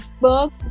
book